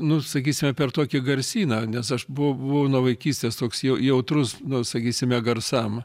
nu sakysime per tokį garsyną nes aš buvau buvau nuo vaikystės toks jau jautrus nu sakysime garsam